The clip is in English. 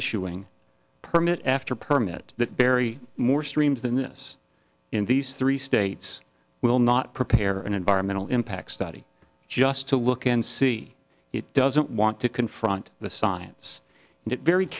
issuing a permit after permit that barry more streams than this in these three states will not prepare an environmental impact study just to look and see it doesn't want to confront the science and it very